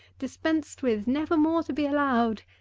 dispensed with, never more to be allow ed.